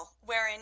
wherein